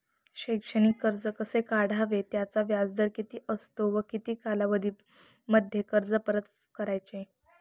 शैक्षणिक कर्ज कसे काढावे? त्याचा व्याजदर किती असतो व किती कालावधीमध्ये कर्ज परत करायचे?